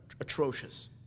atrocious